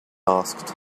asked